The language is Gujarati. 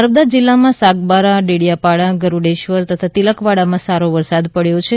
નર્મદા જિલ્લામાં સાગબારા ડેડીયાપાડા ગરુડેશ્વર તથા તિલકવાડામાં સારો વરસાદ પડ્યો છે